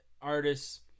artists